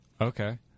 Okay